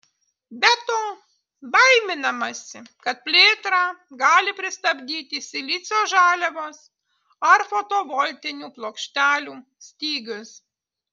be to baiminamasi kad plėtrą gali pristabdyti silicio žaliavos ar fotovoltinių plokštelių stygius